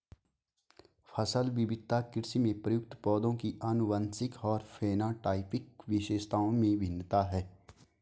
फसल विविधता कृषि में प्रयुक्त पौधों की आनुवंशिक और फेनोटाइपिक विशेषताओं में भिन्नता है